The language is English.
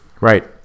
Right